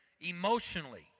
emotionally